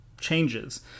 changes